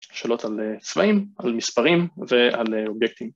שאלות על צבעים, על מספרים ועל אובייקטים